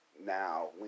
now